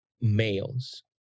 males